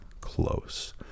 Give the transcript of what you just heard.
close